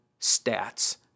stats